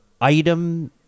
item